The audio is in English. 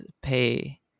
pay